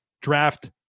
draft